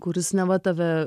kuris neva tave